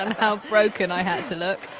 um how broken i had to look.